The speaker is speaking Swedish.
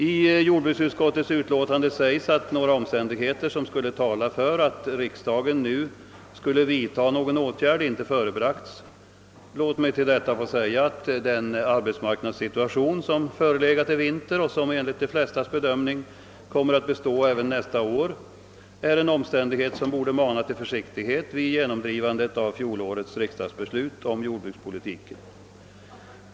I jordbruksutskottets förevarande utlåtande står det att några omständigheter som talar för att riksdagen nu skulle vidta någon åtgärd inte har förebragts. Till det vill jag emellertid säga att den arbetsmarknadssituation som har förelegat i vinter och som enligt de flestas bedömning kommer att bestå även nästa år är en omständighet som borde mana till försiktighet vid genomdrivandet av fjolårets riksdagsbeslut om jordbrukspolitiken.